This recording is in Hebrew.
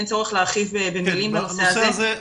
אין צורך להרחיב במילים בנושא הזה.